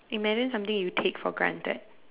imagine something you take for granted